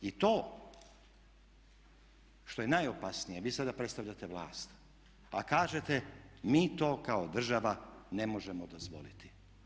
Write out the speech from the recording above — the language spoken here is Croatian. I to što je najopasnije, vi sada predstavljate vlast pa kažete mi to kao država ne možemo dozvoliti.